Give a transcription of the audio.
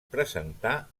presentà